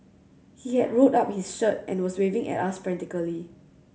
he had rolled up his shirt and was waving at us frantically